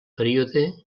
període